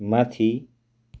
माथि